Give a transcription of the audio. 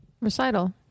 recital